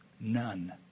None